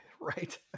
right